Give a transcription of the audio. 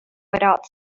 without